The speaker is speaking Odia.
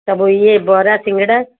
ସବୁ ଇଏ ବରା ସିଙ୍ଗଡ଼ା